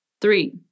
Three